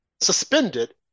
suspended